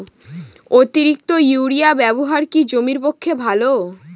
অতিরিক্ত ইউরিয়া ব্যবহার কি জমির পক্ষে ভালো?